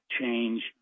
change